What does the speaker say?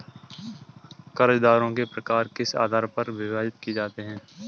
कर्जदारों के प्रकार किस आधार पर विभाजित किए जाते हैं?